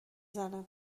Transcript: زنه